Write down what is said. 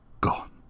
gone